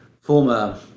former